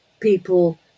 people